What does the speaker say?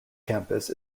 campus